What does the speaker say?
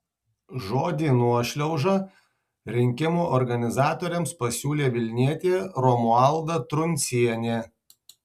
žodį nuošliauža rinkimų organizatoriams pasiūlė vilnietė romualda truncienė